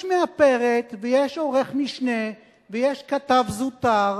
יש מאפרת, ויש עורך-משנה, ויש כתב זוטר,